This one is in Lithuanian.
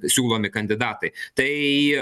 siūlomi kandidatai tai